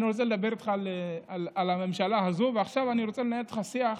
אני רוצה לדבר איתך על הממשלה הזאת ולנהל איתך שיח